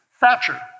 Thatcher